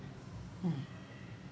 mm